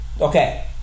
Okay